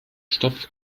stoff